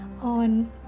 on